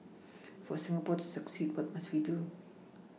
for Singapore to succeed what must we do